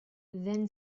then